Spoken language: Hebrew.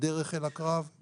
בדרך אל הקרב,